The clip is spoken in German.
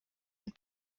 und